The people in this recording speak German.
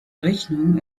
rechnungen